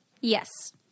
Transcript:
Yes